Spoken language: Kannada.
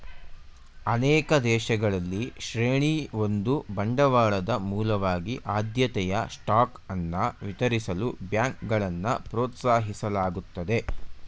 ಅನೇಕ ದೇಶಗಳಲ್ಲಿ ಶ್ರೇಣಿ ಒಂದು ಬಂಡವಾಳದ ಮೂಲವಾಗಿ ಆದ್ಯತೆಯ ಸ್ಟಾಕ್ ಅನ್ನ ವಿತರಿಸಲು ಬ್ಯಾಂಕ್ಗಳನ್ನ ಪ್ರೋತ್ಸಾಹಿಸಲಾಗುತ್ತದೆ